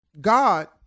God